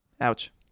Ouch